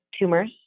Tumors